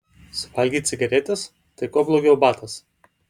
suvalgei cigaretes tai kuo blogiau batas